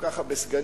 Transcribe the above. כל כך הרבה סגנים,